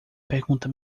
pergunta